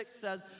says